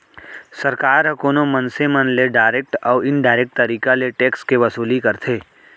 सरकार ह कोनो मनसे मन ले डारेक्ट अउ इनडारेक्ट तरीका ले टेक्स के वसूली करथे